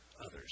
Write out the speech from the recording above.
others